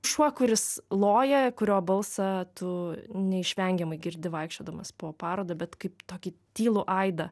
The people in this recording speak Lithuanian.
šuo kuris loja kurio balsą tu neišvengiamai girdi vaikščiodamas po parodą bet kaip tokį tylų aidą